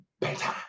Better